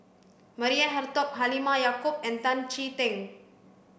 Maria Hertogh Halimah Yacob and Tan Chee Teck